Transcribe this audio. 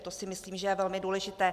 To si myslím, že je velmi důležité.